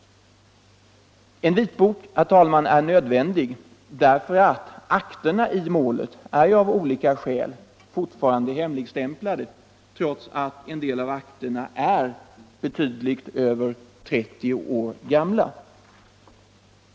En vitbok, herr talman, är nödvändig därför att akterna i målet av olika skäl fortfarande är hemligstämplade trots att en del av akterna är betydligt över 30 år gamla.